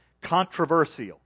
controversial